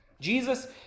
Jesus